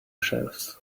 shelves